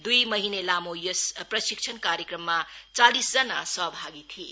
दूई महिने लामो यस प्रशिक्षत कार्यक्रममा चालिसजना सहभागी थिए